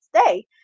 stay